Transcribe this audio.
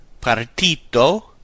partito